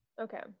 Okay